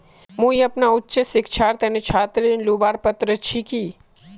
मुई अपना उच्च शिक्षार तने छात्र ऋण लुबार पत्र छि कि?